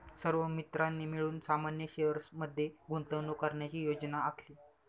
सर्व मित्रांनी मिळून सामान्य शेअर्स मध्ये गुंतवणूक करण्याची योजना आखली